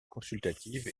consultative